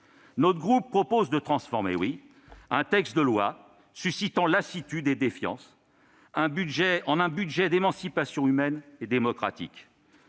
Notre groupe propose de transformer un texte de loi suscitant lassitude et défiance en un budget d'émancipation humaine et démocratique.